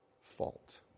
fault